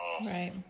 Right